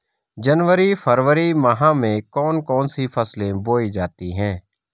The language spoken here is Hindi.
जनवरी फरवरी माह में कौन कौन सी फसलें बोई जाती हैं?